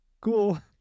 cool